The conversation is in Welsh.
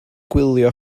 gwylio